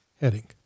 heading